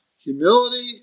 humility